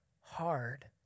hard